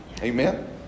Amen